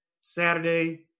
Saturday